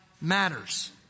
matters